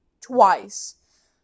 twice